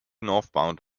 northbound